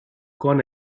kong